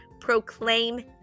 Proclaim